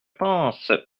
pense